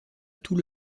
tout